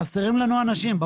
חסרים לנו אנשים.